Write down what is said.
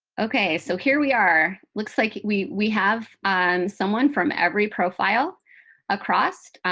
ok, so here we are. looks like we we have someone from every profile across,